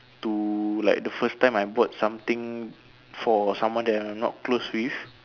to like the first time I bought something for someone that I am not close with